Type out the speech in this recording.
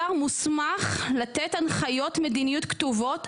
השר מוסמך לתת הנחיות מדיניות כתובות,